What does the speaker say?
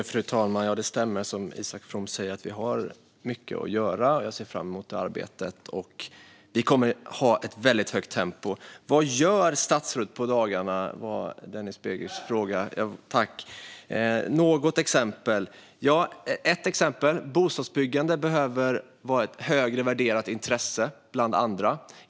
Fru talman! Det stämmer att vi har mycket att göra, som Isak From säger. Jag ser fram emot det arbetet. Vi kommer att ha ett väldigt högt tempo. Vad gör statsrådet på dagarna? Det var Denis Begics fråga. Ett exempel handlar om att bostadsbyggandet behöver vara ett högre värderat intresse bland de andra.